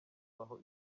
aho